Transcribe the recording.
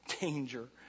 danger